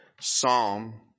Psalm